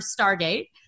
stargate